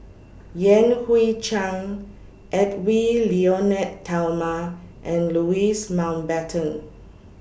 Yan Hui Chang Edwy Lyonet Talma and Louis Mountbatten